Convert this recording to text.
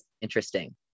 interesting